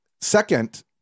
Second